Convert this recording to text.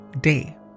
day